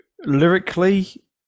lyrically